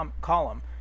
column